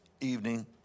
evening